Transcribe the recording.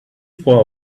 for